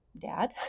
dad